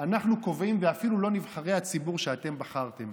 אנחנו קובעים, ואפילו לא נבחרי הציבור שאתם בחרתם.